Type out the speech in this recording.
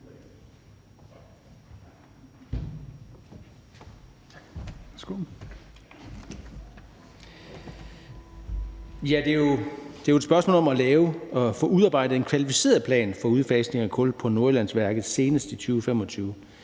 Det er jo et spørgsmål om at få lavet, udarbejdet en kvalificeret plan for udfasning af kul på Nordjyllandsværket senest i 2025.